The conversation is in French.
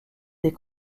des